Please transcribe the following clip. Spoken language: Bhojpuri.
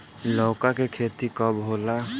लौका के खेती कब होला?